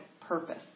purpose